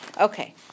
Okay